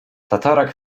tatarak